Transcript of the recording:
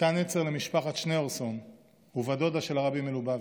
הייתה נצר למשפחת שניאורסון ובת דודה של הרבי מלובביץ'.